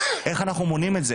איך אנחנו מונעים את זה,